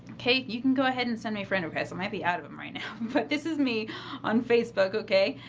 okay? you can go ahead and send me a friend request so might be out of them right now. but this is me on facebook, okay?